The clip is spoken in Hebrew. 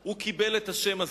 הוא קיבל את השם הזה.